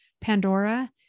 Pandora